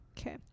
Okay